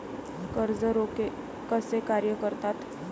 कर्ज रोखे कसे कार्य करतात?